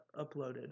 uploaded